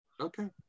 Okay